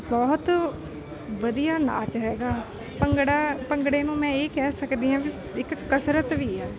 ਬਹੁਤ ਵਧੀਆ ਨਾਚ ਹੈਗਾ ਭੰਗੜਾ ਭੰਗੜੇ ਨੂੰ ਮੈਂ ਇਹ ਕਹਿ ਸਕਦੀ ਹਾਂ ਵੀ ਇੱਕ ਕਸਰਤ ਵੀ ਹੈ